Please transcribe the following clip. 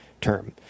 term